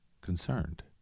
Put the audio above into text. concerned